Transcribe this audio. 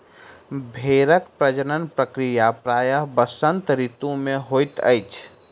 भेड़क प्रजनन प्रक्रिया प्रायः वसंत ऋतू मे होइत अछि